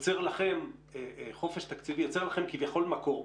יוצר לכם כביכול מקור.